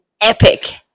epic